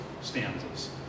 stanzas